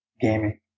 gaming